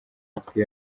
matwi